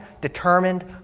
determined